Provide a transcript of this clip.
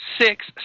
six